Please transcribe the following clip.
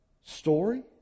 story